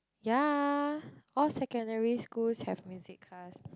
ya all secondary schools have music class